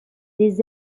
des